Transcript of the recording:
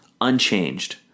unchanged